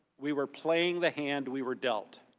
we were playing the hand we were dealt.